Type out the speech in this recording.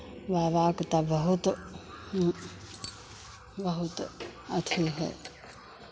बाबा के तो बहुत बहुत अथी है